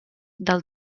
del